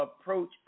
approach